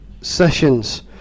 sessions